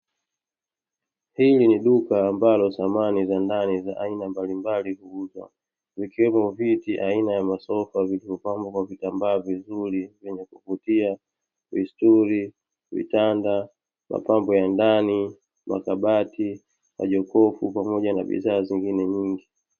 Hili ni duka ambalo samani za ndani za aina mbalimbali huuzwa, ikiwemo viti aina ya masofa vilivyopambwa kwa vitambaa vizuri vyenye kuvutia, vistuli, vitanda, mapambo ya ndani, makabati, majokofu pamoja na bidhaa zingine nyingi.